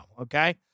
Okay